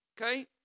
Okay